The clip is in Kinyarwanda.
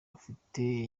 afite